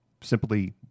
Simply